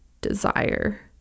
desire